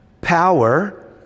power